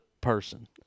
person